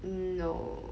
mm no